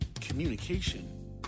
communication